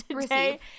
today